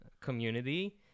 community